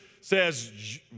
says